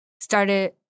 started